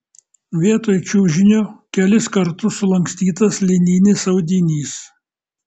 vietoj čiužinio kelis kartus sulankstytas lininis audinys